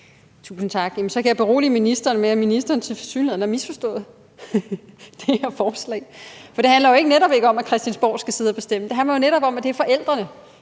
Tusind tak. Jamen så kan jeg berolige ministeren med, at ministeren tilsyneladende har misforstået det her forslag, for det handler jo netop ikke om, at Christiansborg skal sidde og bestemme. Det handler jo netop om, at det er forældrene,